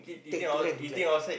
take two hand to clap